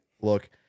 look